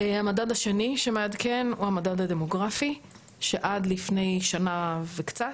המדד השני שמעדכן הוא המדד הדמוגרפי שעד לפני שנה וקצת